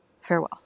Farewell